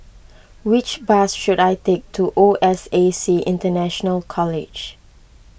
which bus should I take to O S A C International College